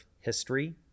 history